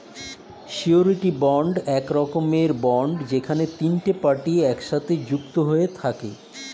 surety bond এক রকমের bond যেখানে তিনটে পার্টি একসাথে যুক্ত হয়ে থাকে